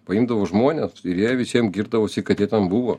paimdavau žmones ir jei visiem girdavosi kad jie ten buvo